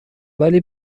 ولی